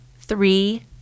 three